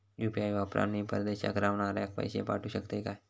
UPI वापरान मी परदेशाक रव्हनाऱ्याक पैशे पाठवु शकतय काय?